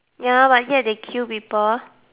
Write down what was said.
ya but yet they kill people